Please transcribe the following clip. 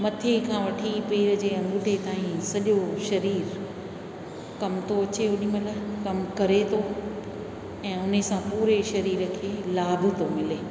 मथे खां वठी पेर जे अंगूठे ताईं सॼो शरीर कम थो अचे ओॾी महिल ऐं कमु करे थो ऐं उने सां पूरे शरीर खे लाभ थो मिले